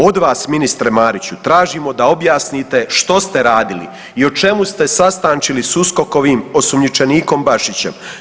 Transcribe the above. Od vas ministre Mariću tražimo da objasnite što ste radili i o čemu ste sastančili s USKOK-ovim osumnjičenikom Bašićem?